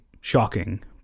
shocking